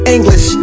English